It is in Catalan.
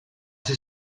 ser